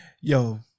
Yo